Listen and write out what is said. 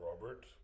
Robert